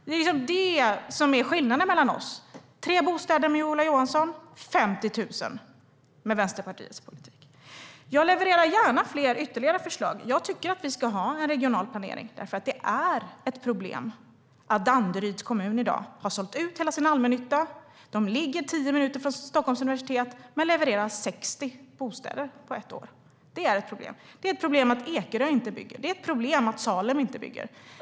Det är det som är skillnaden mellan oss: Tre bostäder med Ola Johanssons politik och 50 000 med Vänsterpartiets politik. Jag levererar gärna ytterligare förslag. Jag tycker att vi ska ha en regional planering, därför att det är ett problem att Danderyds kommun i dag har sålt ut hela sin allmännytta. De ligger tio minuter från Stockholms universitet men levererar 60 bostäder på ett år. Det är ett problem. Det är ett problem att Ekerö inte bygger. Det är ett problem att Salem inte bygger.